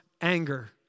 anger